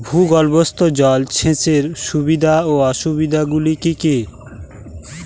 ভূগর্ভস্থ জল সেচের সুবিধা ও অসুবিধা গুলি কি কি?